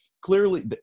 clearly